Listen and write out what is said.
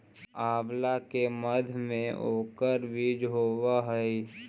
आंवला के मध्य में ओकर बीज होवअ हई